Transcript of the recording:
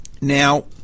Now